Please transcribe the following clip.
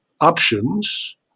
options